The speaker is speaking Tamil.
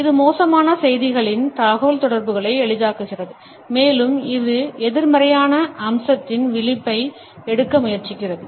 இது மோசமான செய்திகளின் தகவல்தொடர்புகளை எளிதாக்குகிறது மேலும் இது எதிர்மறையான அம்சத்தின் விளிம்பை எடுக்க முயற்சிக்கிறது